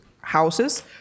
houses